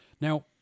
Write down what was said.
Now